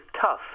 tough